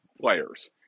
players